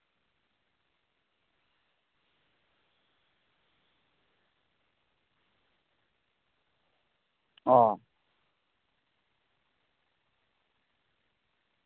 ᱚᱸᱻ